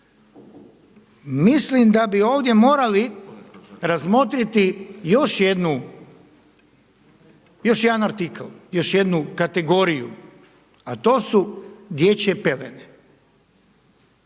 Mislim da bi ovdje morali razmotriti još jedan artikl, još jednu kategoriju, a to su dječje pelene.